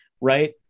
right